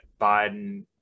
Biden